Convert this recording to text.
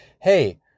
hey